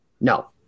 No